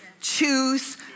Choose